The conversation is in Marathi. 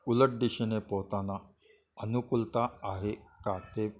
उलट दिशेने पोहताना अनुकूलता आहे का ते